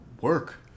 work